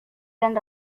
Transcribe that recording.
dan